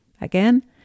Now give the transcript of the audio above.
Again